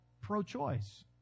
pro-choice